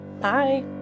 bye